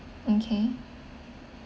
okay